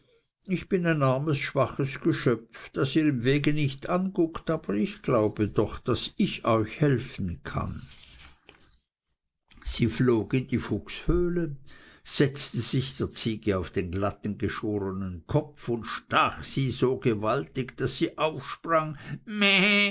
ich bin ein armes schwaches geschöpf das ihr im wege nicht anguckt aber ich glaube doch daß ich euch helfen kann sie flog in die fuchshöhle setzte sich der ziege auf den glatten geschorenen kopf und stach sie so gewaltig daß sie aufsprang meh